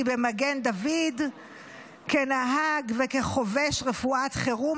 במגן דוד כנהג וכחובש רפואת חירום.